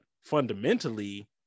fundamentally